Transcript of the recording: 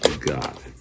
God